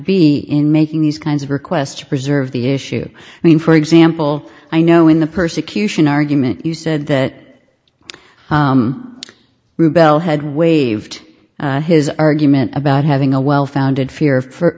be in making these kinds of requests to preserve the issue i mean for example i know in the persecution argument you said that bell had waived his argument about having a well founded fear for